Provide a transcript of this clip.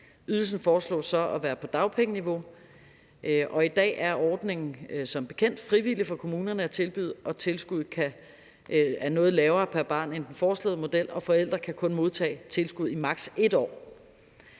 Ydelsen foreslås så at være på dagpengeniveau. I dag er ordningen som bekendt frivillig for kommunerne at tilbyde, og tilskuddet er noget lavere pr. barn end i den foreslåede model, og forældre kan kun modtage tilskud i maks. 1 år.